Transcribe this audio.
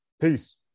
peace